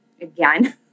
again